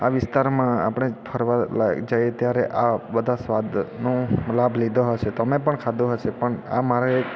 આ વિસ્તારમાં આપણે ફરવાલાયક જાઈએ ત્યારે આ બધા સ્વાદનું લાભ લીધો હશે તમે પણ ખાધું હશે પણ આ મારા એક